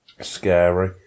Scary